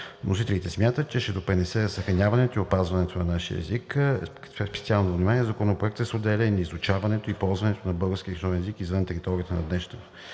Вносителите смятат, че ще допринесе за съхраняването и опазването на нашия език. Специално внимание в Законопроекта се отделя и на изучаването и ползването на българския книжовен език извън територията на днешната